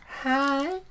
Hi